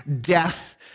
death